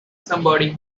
somebody